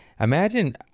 Imagine